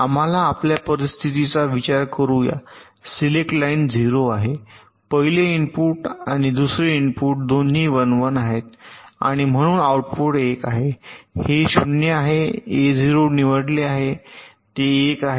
आम्हाला आपल्या परिस्थितीचा विचार करूया सिलेक्ट लाइन 0 आहे पहिले इनपुट आणि दुसरे इनपुट दोन्ही 1 1 आहेत आणि म्हणून आउटपुट 1 आहे हे 0 आहे A0 निवडले आहे ते 1 आहे